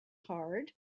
hard